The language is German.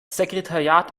sekretariat